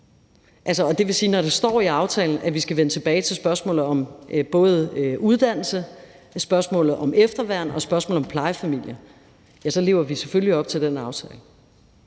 aftale. Og det vil sige, at når det står i aftalen, at vi skal vende tilbage både til spørgsmålet om uddannelse, spørgsmålet om efterværn og spørgsmålet om plejefamilie, så lever vi selvfølgelig op til den aftale.